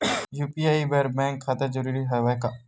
UPI बर bank खाता जरूरी हवय का?